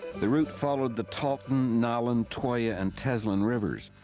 the route followed the thaltan, nahlin, twoya and teslin rivers.